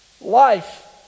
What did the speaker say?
Life